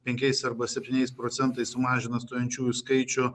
penkiais arba septyniais procentais sumažina stojančiųjų skaičių